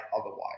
otherwise